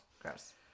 Gross